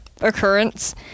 occurrence